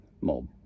mob